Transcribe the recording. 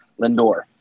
Lindor